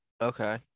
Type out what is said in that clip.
okay